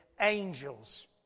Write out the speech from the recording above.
angels